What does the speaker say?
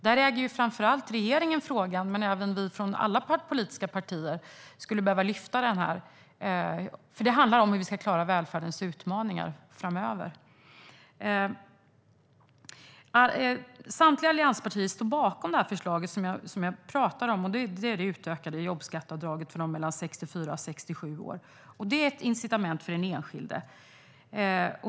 Där äger framför allt regeringen frågan, men även vi andra från alla politiska partier skulle behöva lyfta detta, för det handlar om hur vi ska klara välfärdens utmaningar framöver. Samtliga allianspartier står bakom det förslag som jag pratar om, det vill säga det utökade jobbskatteavdraget för dem mellan 64 och 67 år. Det är ett incitament för den enskilde.